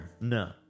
No